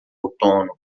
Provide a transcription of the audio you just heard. outono